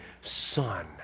Son